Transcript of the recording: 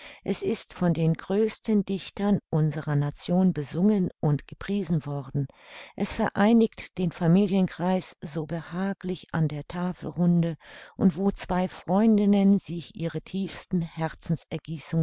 es ist von den größten dichtern unserer nation besungen und gepriesen worden es vereinigt den familienkreis so behaglich an der tafelrunde und wo zwei freundinnen sich ihre tiefsten